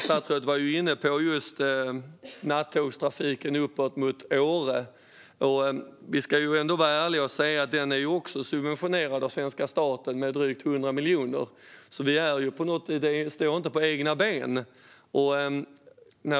Statsrådet var inne på just nattågstrafiken upp till Åre. Då ska vi vara ärliga och säga att även den är subventionerad av svenska staten med drygt 100 miljoner. Den står alltså inte på egna ben.